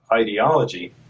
ideology